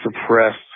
suppressed